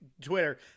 Twitter